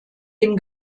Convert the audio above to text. dem